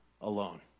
alone